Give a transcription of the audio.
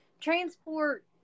transport